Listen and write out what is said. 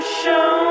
show